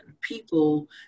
people